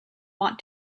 want